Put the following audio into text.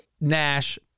Nash